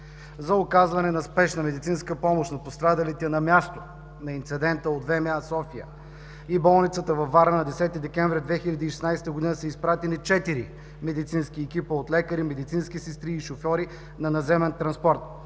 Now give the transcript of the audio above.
За оказване на спешна медицинска помощ на пострадалите на място на инцидента от ВМА – София, и болницата във Варна на 10 декември 2016 г. са изпратени четири медицински екипа от лекари, медицински сестри и шофьори на наземен транспорт.